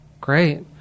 Great